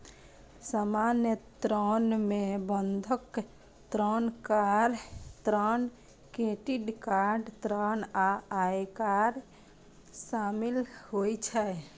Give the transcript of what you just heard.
सामान्य ऋण मे बंधक ऋण, कार ऋण, क्रेडिट कार्ड ऋण आ आयकर शामिल होइ छै